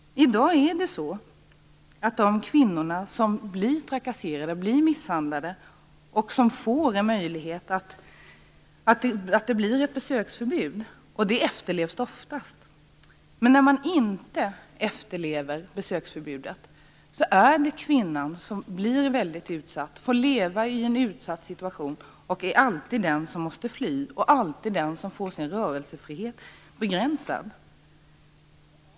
I dag efterlevs oftast besöksförbud i samband med att kvinnor blivit trakasserade och misshandlade. Men när besöksförbudet inte efterlevs är det kvinnan som får leva i en utsatt situation. Hon är alltid den som måste fly och alltid den som får sin rörelsefrihet begränsad.